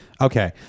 Okay